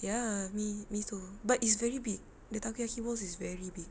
ya me me too but it's very big the takoyaki balls is very big